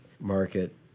market